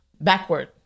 backward